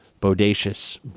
bodacious